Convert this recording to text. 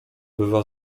bywa